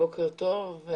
בוקר טוב.